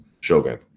Shogun